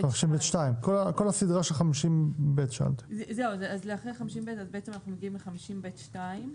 50ב2. אנחנו מגיעים ל-50ב2,